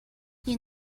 you